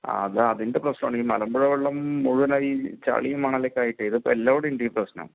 ആ അത് അതിൻ്റെ പ്രശ്നം ആണ് ഈ മലമ്പുഴ വെള്ളം മുഴുവനായി ചളിയും മണലൊക്കെ ആയിട്ടേ ഇപ്പോൾ എല്ലാവിടേയും ഉണ്ട് ഈ പ്രശ്നം